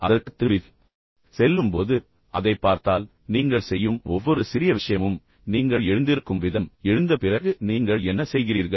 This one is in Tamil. நீங்கள் அதற்குத் திரும்பிச் செல்லும்போது அதைப் பார்த்தால் நீங்கள் செய்யும் ஒவ்வொரு சிறிய விஷயமும் நீங்கள் எழுந்திருக்கும் விதம் எழுந்த பிறகு நீங்கள் என்ன செய்கிறீர்கள்